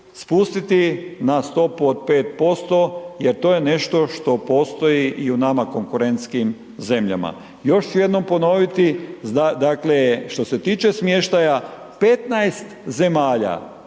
spustiti na stopu od 5% jer to je nešto što postoji i u nama konkurentskim zemljama. Još ću jednom ponoviti, dakle što se tiče smještaja, 15 zemalja